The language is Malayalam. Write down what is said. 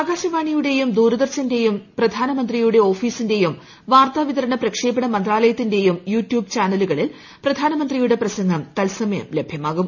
ആകാശവാണിയുടെയും ദൂരദർശന്റെയുക്കു പ്രധാന മന്ത്രിയുടെ ഓഫീസിന്റെയും വാർത്താവിതരണ പ്രക്ഷേപ്പ്ണ മന്ത്രാലയത്തിന്റെയും യൂട്യൂബ് ചാനലുകളിൽ പ്രധാനമന്ത്രിയുടെ പ്രസംഗം തത്സമയം ലഭ്യമാകും